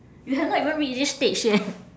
you have not even reach this stage yet